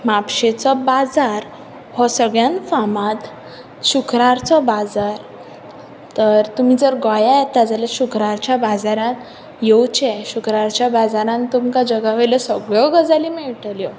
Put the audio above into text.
म्हापशेंचो बाजार हो सगळ्यांत फार्माद शुक्रारारचो बाजार तर तुमी जर गोंया येता जाल्यार शुक्ररारच्या बाजाराक येवचे शुक्ररारच्या बाजारान तुमकां जगावयल्या सगल्यो गजाली मेळटल्यो